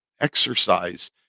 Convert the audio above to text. exercise